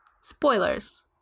Spoilers